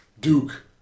Duke